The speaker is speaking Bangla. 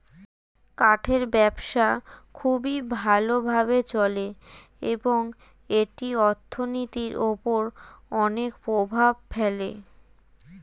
কাঠের ব্যবসা খুবই ভালো ভাবে চলে এবং এটি অর্থনীতির উপর অনেক প্রভাব ফেলে